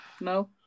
no